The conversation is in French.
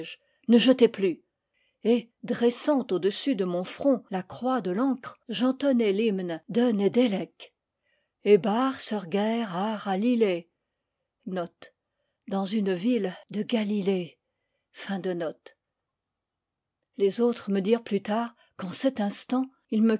ne jetez plus b et dressant au-dessus de mon front la croix de l'ancre j'entonnai l'hymne de les autres me dirent plus tard qu'en cet instant ils me